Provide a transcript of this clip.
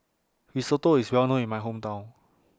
Risotto IS Well known in My Hometown